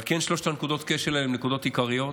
שלוש נקודת הכשל האלה הן נקודות עיקריות,